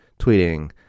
tweeting